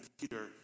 Peter